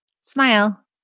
Smile